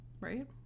right